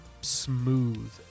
smooth